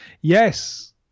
Yes